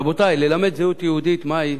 רבותי, ללמד זהות יהודית מהי,